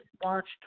watched